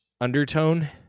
undertone